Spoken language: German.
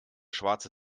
schwarze